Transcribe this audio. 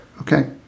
okay